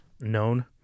known